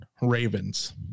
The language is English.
Ravens